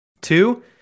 Two